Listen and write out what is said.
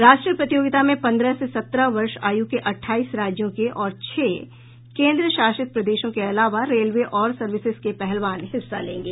राष्ट्रीय प्रतियोगिता में पंद्रह से सत्रह वर्ष आयु के अठाईस राज्यों के और छह केंद्र शासित प्रदेशों के अलावा रेलवे और सर्विसेज के पहलवान हिस्सा लेंगे